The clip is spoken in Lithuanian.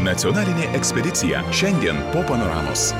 nacionalinė ekspedicija šiandien po panoramos